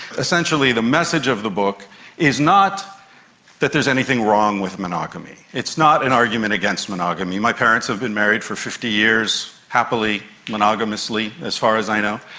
essentially the message of the book is not that there's anything wrong with monogamy, it's not an argument against monogamy. my parents have been married for fifty years, happily, monogamously, as far as i know,